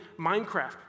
Minecraft